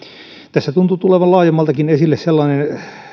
tässä tuntuu tulevan laajemmaltakin esille sellainen